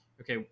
okay